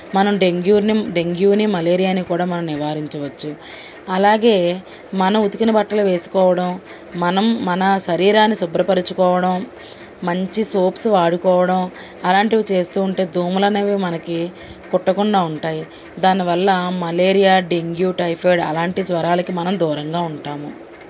మనం డెంగ్యూను డెంగ్యూని మలేరియాని కూడా మనం నివారించవచ్చు అలాగే మనం ఉతికిన బట్టలు వేసుకోవడం మనం మన శరీరాన్ని శుభ్రపరచుకోవడం మంచి సోప్స్ వాడుకోవడం అలాంటివి చేస్తూ ఉంటే దోమలు అనేవి మనకి కుట్టకుండా ఉంటాయి దానివల్ల మలేరియా డెంగ్యూ టైఫాయిడ్ అలాంటి జ్వరాలకి మనం దూరంగా ఉంటాము